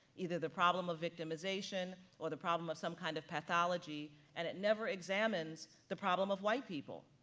either the problem of victimization, or the problem of some kind of pathology and it never examines the problem of white people.